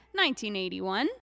1981